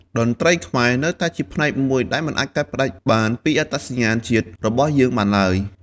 តន្ត្រីខ្មែរនៅតែជាផ្នែកមួយដែលមិនអាចកាត់ផ្ដាច់បានពីអត្តសញ្ញាណជាតិរបស់យើងបានទ្បើយ។